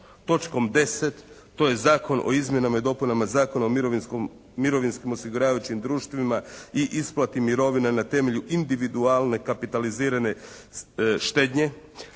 točkom 10. To je Zakon o izmjenama i dopunama Zakona o mirovinskom, mirovinskim osiguravajućim društvima i isplati mirovina na temelju individualne kapitalizirane štednje.